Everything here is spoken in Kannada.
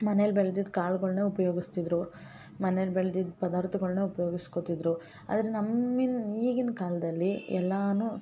ಮನೇಲಿ ಬೆಳ್ದಿದ್ದ ಕಾಳ್ಗಳ್ನ ಉಪಯೋಗಿಸ್ತಿದ್ರು ಮನೆಲಿ ಬೆಳ್ದಿದ್ದ ಪದಾರ್ಥಗಳ್ನ ಉಪಯೋಗಿಸ್ಕೊತಿದ್ರು ಆದರೆ ನಮ್ಮಿನ ಈಗಿನ ಕಾಲದಲ್ಲಿ ಎಲ್ಲಾನು